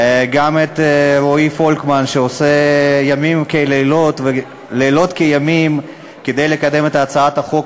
גם רועי פולקמן עושה לילות כימים כדי לקדם את הצעת החוק